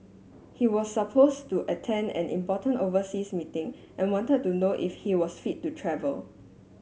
he was suppose to attend an important overseas meeting and wanted to know if he was fit to travel